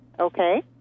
Okay